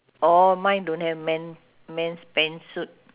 oh mine don't have men men's pants suit